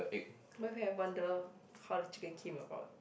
but you have wonder how the chicken came about